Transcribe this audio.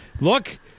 look